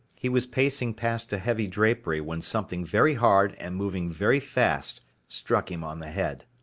he was pacing past a heavy drapery when something very hard and moving very fast struck him on the head.